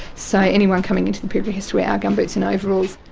so anyone coming into the piggery has to wear our gumboots and overalls.